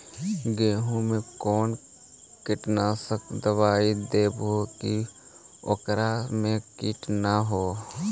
गेहूं में कोन कीटनाशक दबाइ देबै कि ओकरा मे किट न हो?